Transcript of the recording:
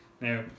Now